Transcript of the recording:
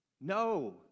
no